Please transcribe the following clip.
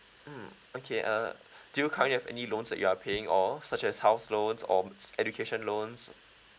mm okay uh do you currently have any loans that you are paying off such as house loans or education loans